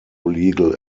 legal